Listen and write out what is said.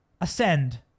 ascend